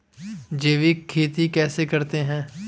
जैविक खेती कैसे करते हैं?